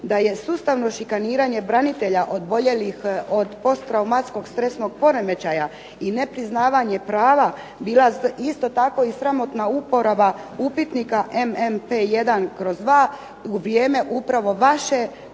da je sustavno šikaniranje branitelja oboljelih od posttraumatskog poremećaja bila isto tako i sramotna upitnika MMP1/2 u vrijeme upravo vaše